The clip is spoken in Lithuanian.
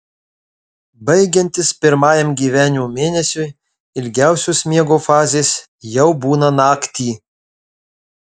baigiantis pirmajam gyvenimo mėnesiui ilgiausios miego fazės jau būna naktį